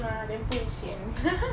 okay mah then 不会 sian